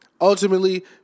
Ultimately